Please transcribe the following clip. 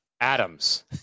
Adams